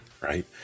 right